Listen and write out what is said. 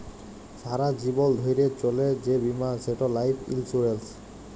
সারা জীবল ধ্যইরে চলে যে বীমা সেট লাইফ ইলসুরেল্স